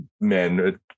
men